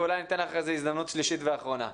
ואולי ניתן לך אחרי זה הזדמנות שלישית ואחרונה.